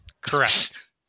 Correct